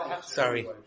Sorry